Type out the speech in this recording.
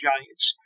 Giants